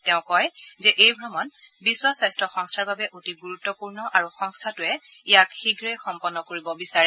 তেওঁ কয় যে এই ভ্ৰমণ বিশ্ব স্বাস্থ্য সংস্থাৰ বাবে অতি গুৰুত্বপূৰ্ণ আৰু সংস্থাটোৱে ইয়াক শীঘ্ৰেই সম্পন্ন কৰিব বিচাৰে